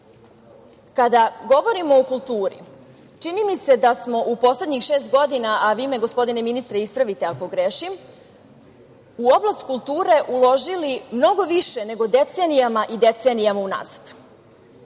šire. Kada govorimo o kulturi, čini mi se da smo u poslednjih šest godina, a vi me, gospodine ministre, ispravite ako grešim, u oblast kulture uložili mnogo više nego decenijama i decenijama unazad.